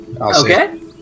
Okay